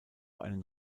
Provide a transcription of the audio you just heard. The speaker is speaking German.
einen